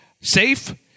safe